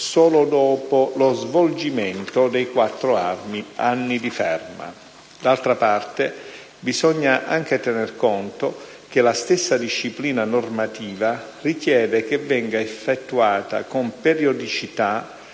solo dopo lo svolgimento dei quattro anni di ferma. D'altra parte, bisogna anche tener conto che la stessa disciplina normativa richiede che venga effettuata con periodicità